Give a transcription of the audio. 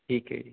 ਠੀਕ ਹੈ ਜੀ